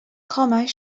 mbeidh